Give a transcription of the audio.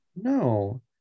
No